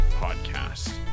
podcast